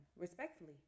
respectfully